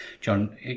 John